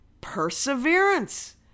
Perseverance